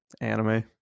anime